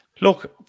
look